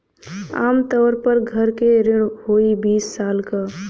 आम तउर पर घर के ऋण होइ बीस साल क